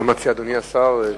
מה מציע אדוני השר?